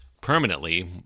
permanently